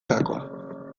gakoa